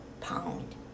pound